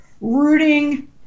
rooting